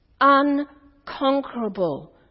Unconquerable